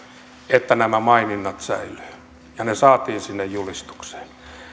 että nämä maininnat säilyivät ja ne saatiin sinne julistukseen